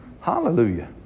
Hallelujah